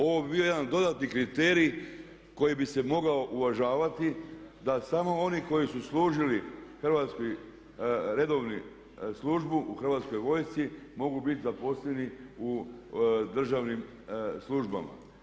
Ovo bi bio jedan dodatni kriterij koji bi se mogao uvažavati da samo oni koji su služili hrvatski redovnu službu u hrvatskoj vojsci mogu biti zaposleni u državnim službama.